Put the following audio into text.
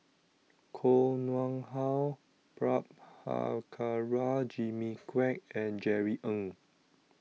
Koh Nguang How Prabhakara Jimmy Quek and Jerry Ng